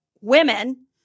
Women